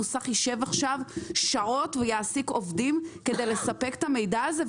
המוסך יישב עכשיו שעות ויעסיק עובדים כדי לספק את המידע הזה?